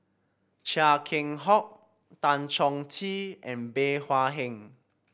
Chia Keng Hock Tan Chong Tee and Bey Hua Heng